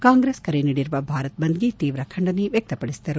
ಕಾಂಗ್ರೆಸ್ ಕರೆ ನೀಡಿರುವ ಭಾರತ್ ಬಂದ್ ಗೆ ತೀವ್ರ ಖಂಡನೆ ವ್ಯಕ್ತಪಡಿಸಿದರು